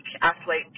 athlete